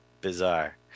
bizarre